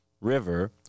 river